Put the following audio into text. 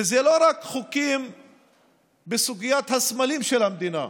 ואלה לא רק חוקים בסוגיית הסמלים של המדינה,